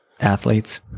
Athletes